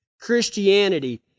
Christianity